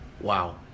Wow